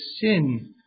sin